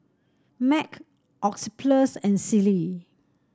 Mac Oxyplus and Sealy